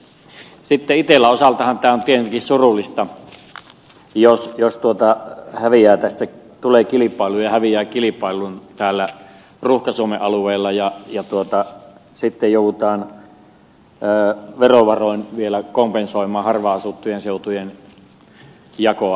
itellan osaltahan tämä on tietenkin surullista jos tulee kilpailu ja se häviää kilpailun täällä ruuhka suomen alueella ja sitten joudutaan verovaroin vielä kompensoimaan harvaanasuttujen seutujen jakoa itellalle